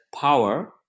power